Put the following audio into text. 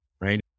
right